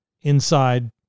inside